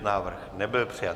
Návrh nebyl přijat.